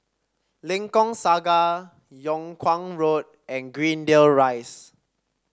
Lengkok Saga Yung Kuang Road and Greendale Rise